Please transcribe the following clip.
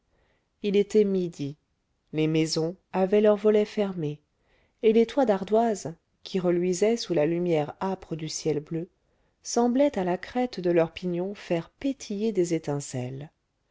il était midi les maisons avaient leurs volets fermés et les toits d'ardoises qui reluisaient sous la lumière âpre du ciel bleu semblaient à la crête de leurs pignons faire pétiller des étincelles